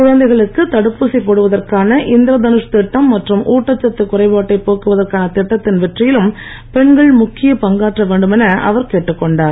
குழந்தைகளுக்கு தடுப்பூசி போடுவதற்கான இந்திர தனுஷ் திட்டம் மற்றும் ஊட்டச்சத்து குறைபாட்டை போக்குவதற்கான திட்டத்தின் வெற்றியிலும் பெண்கள் முக்கிய பாங்காற்ற வேண்டும் என அவர் கேட்டுக் கொண்டார்